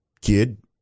kid